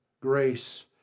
grace